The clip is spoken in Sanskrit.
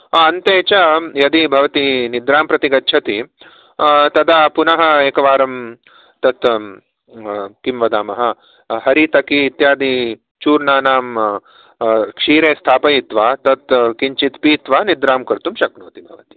अन्ते च यदि भवती निद्रां प्रति गच्छति तदा पुनः एकवारं तत् किं वदामः हरीतकी इत्यादि चूर्णानां क्षीरे स्थापयित्वा तत्किञ्चित् पीत्वा निद्रां कर्तुं शक्नोति भवती